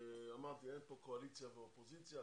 אמרתי, שאין פה קואליציה ואופוזיציה.